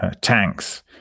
tanks